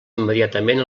immediatament